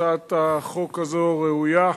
הצעת החוק הזו ראויה,